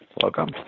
Welcome